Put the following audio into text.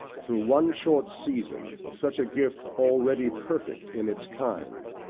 through one short season, of such a gift already perfect in its kind,